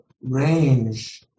range